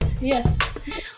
Yes